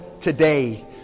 today